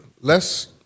less